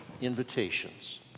invitations